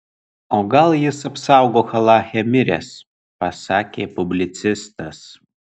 o gal jis apsaugok alache miręs pasakė publicistas